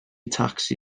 tacsi